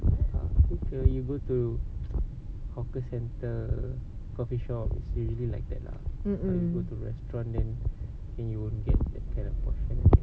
you go to hawker centre coffeeshop is usually like that lah but you go to restaurant then then you won't get that kind of portion